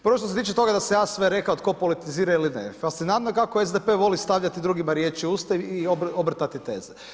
Prvo što se tiče toga da sam ja sve rekao tko politizira ili ne, fascinantno kako SDP voli stavljati drugima riječ u usta i obrtati teze.